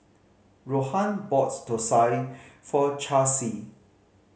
Rohan bought thosai for Charlsie